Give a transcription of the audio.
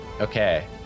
Okay